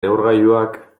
neurgailuak